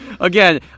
Again